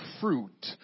fruit